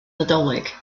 nadolig